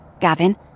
Gavin